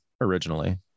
originally